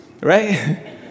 Right